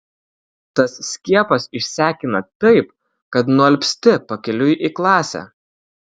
tas skiepas išsekina taip kad nualpsti pakeliui į klasę